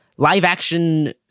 live-action